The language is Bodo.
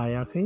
लायाखै